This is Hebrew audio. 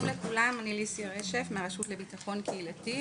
שלום לכולם, אני ליסיה רשף מהרשות לביטחון קהילתי,